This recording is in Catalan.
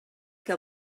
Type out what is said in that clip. que